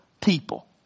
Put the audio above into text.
people